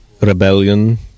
rebellion